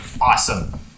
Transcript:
Awesome